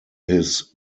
his